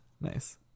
Nice